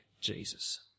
Jesus